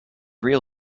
real